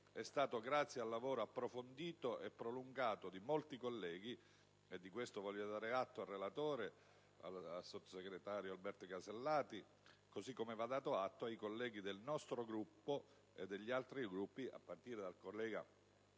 è stato grazie al lavoro approfondito e prolungato di molti colleghi, e di ciò voglio dare atto al relatore e al sottosegretario Alberti Casellati, così come ai colleghi del nostro e degli altri Gruppi, a partire dal collega